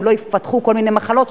כדי שלא יפתחו כל מיני מחלות,